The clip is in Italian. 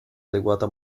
adeguata